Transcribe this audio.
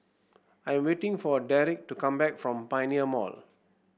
I am waiting for Derrick to come back from Pioneer Mall